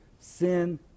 sin